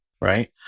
right